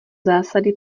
zásady